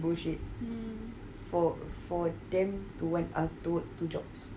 bullshit for for them to want ask to work two jobs